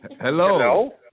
Hello